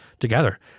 together